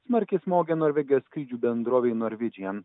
smarkiai smogė norvegijos skrydžių bendrovei norvidžian